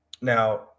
now